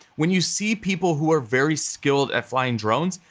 when you see people who are very skilled at flying drones,